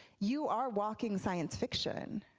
you are walking science fiction.